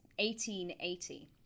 1880